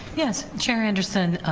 yes, chairman anderson,